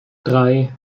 drei